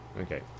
Okay